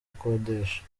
akodesha